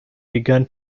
begun